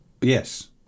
Yes